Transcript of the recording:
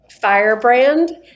firebrand